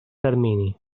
termini